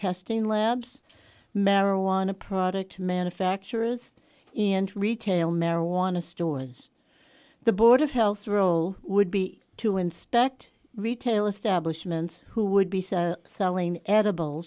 testing labs marijuana product manufacturers and retail marijuana stores the board of health role would be to inspect retail establishment who would be selling edible